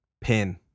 pin